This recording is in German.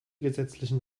gesetzlichen